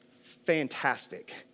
fantastic